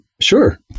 Sure